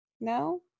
No